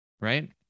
right